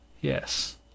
Yes